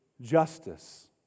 justice